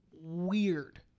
weird